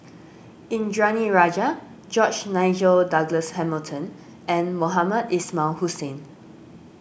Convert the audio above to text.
Indranee Rajah George Nigel Douglas Hamilton and Mohamed Ismail Hussain